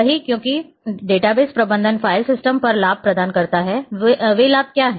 वही क्योंकि डेटाबेस प्रबंधन फ़ाइल सिस्टम पर लाभ प्रदान करता है वे लाभ क्या हैं